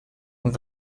und